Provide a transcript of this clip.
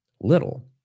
little